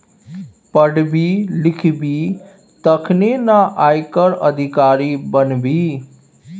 पढ़बिही लिखबिही तखने न आयकर अधिकारी बनबिही